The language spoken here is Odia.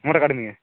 ମୁଁ ଗୋଟେ ଗାଡ଼ି ନିଏ